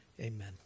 amen